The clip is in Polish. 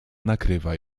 nakrywa